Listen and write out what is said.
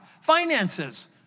finances